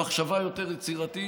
במחשבה יותר יצירתית.